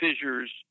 fissures